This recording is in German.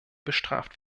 bestraft